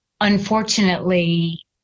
unfortunately